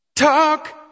Talk